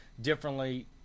differently